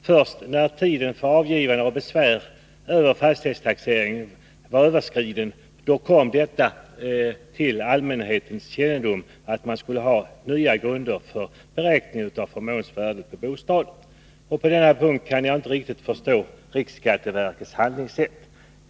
Först när tiden för avgivande av besvär över fastighetstaxeringen var överskriden kom det till allmänhetens kännedom att man skulle ha nya grunder för beräkning av förmånsvärdet på bostaden. På denna punkt kan jag inte riktigt förstå riksskatteverkets handlingssätt.